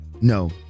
No